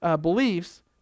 beliefs